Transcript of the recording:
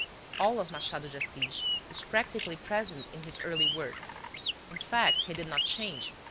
all of machado de assis is practically present in his early works in fact, he did not change,